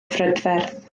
phrydferth